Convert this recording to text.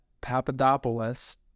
Papadopoulos